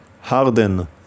harden